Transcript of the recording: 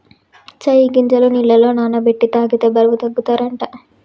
చై గింజలు నీళ్లల నాన బెట్టి తాగితే బరువు తగ్గుతారట